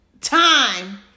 time